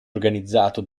organizzato